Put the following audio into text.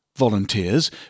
Volunteers